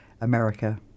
America